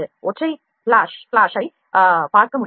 ஒற்றை flash flash ஐ பார்க்கமுடிகிறது